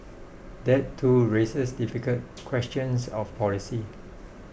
that too raises difficult questions of policy